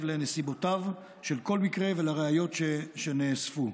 לנסיבותיו של כל מקרה ולראיות שנאספו.